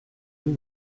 vous